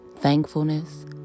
Thankfulness